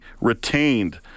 retained